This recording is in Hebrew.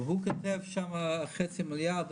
אבל הוא כותב שמה חצי מיליארד.